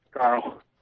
Carl